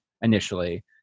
initially